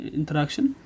interaction